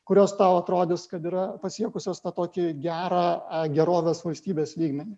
kurios tau atrodys kad yra pasiekusios tą tokį gerą gerovės valstybės lygmenį